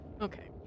Okay